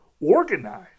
organized